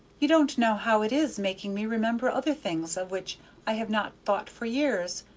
you don't know how it is making me remember other things of which i have not thought for years.